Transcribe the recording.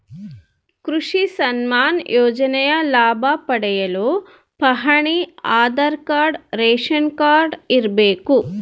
ಕೃಷಿ ಸನ್ಮಾನ್ ಯೋಜನೆಯ ಲಾಭ ಪಡೆಯಲು ಪಹಣಿ ಆಧಾರ್ ಕಾರ್ಡ್ ರೇಷನ್ ಕಾರ್ಡ್ ಇರಬೇಕು